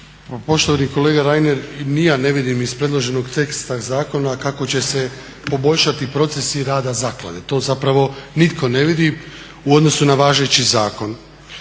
Poštovani kolega Reiner, ni ja ne vidim iz predloženog teksta zakona kako će se poboljšati procesi rada zaklade. To zapravo nitko ne vidi u odnosu na važeći zakon.